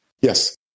yes